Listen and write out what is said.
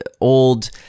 old